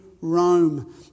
Rome